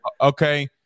Okay